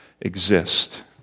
exist